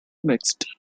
mixed